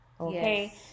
okay